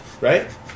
right